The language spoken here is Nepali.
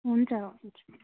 हुन्छ हुन्छ